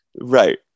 right